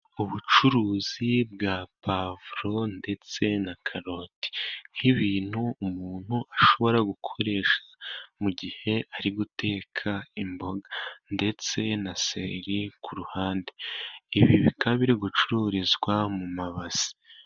Ubucuruzi bwa puwavuro ndetse na karoti, nk'ibintu umuntu ashobora gukoresha mugihe ari guteka, imboga ndetse na sereri ku ruhande, ibi bikaba biri gucururizwa mu mabasi.